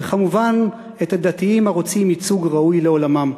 וכמובן את הדתיים הרוצים ייצוג ראוי לעולמם.